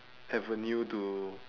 avenue to